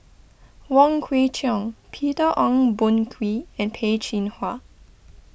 Wong Kwei Cheong Peter Ong Boon Kwee and Peh Chin Hua